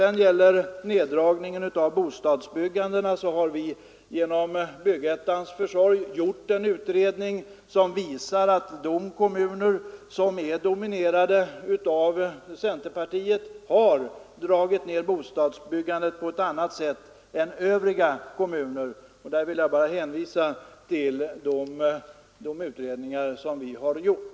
Vad slutligen neddragningen av bostadsbyggandet angår har vi genom Byggettans försorg gjort en utredning som visar att de kommuner som domineras av centerpartiet har dragit ner bostadsbyggandet på ett annat sätt än övriga kommuner. Jag vill därvidlag bara hänvisa till de utredningar som vi har gjort.